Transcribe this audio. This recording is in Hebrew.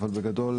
אבל בגדול,